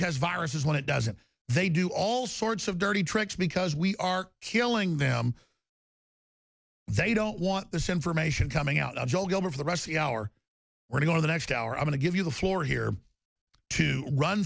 has viruses when it doesn't they do all sorts of dirty tricks because we are killing them they don't want this information coming out for the rest of the hour we're going to the next hour i'm going to give you the floor here to run